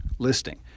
listing